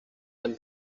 been